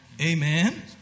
Amen